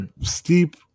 steep